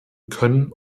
können